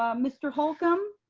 um mr. holcomb